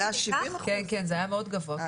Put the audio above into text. היה 70%. כן, זה היה מאוד גבוה.